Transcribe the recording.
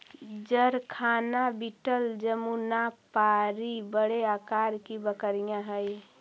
जरखाना बीटल जमुनापारी बड़े आकार की बकरियाँ हई